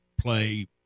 play